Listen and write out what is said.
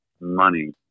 money